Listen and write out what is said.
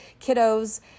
kiddos